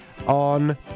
on